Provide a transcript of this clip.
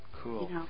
Cool